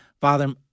Father